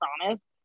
promise